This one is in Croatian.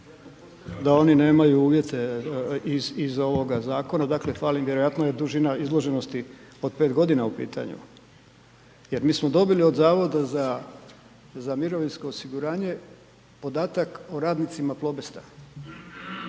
Da oni nemaju uvjete iz ovoga zakona, dakle fali im vjerojatno je dužina izloženosti od 5 godina u pitanju. Jer mi smo dobili od HZMO-a podatak o radnicima Plobesta,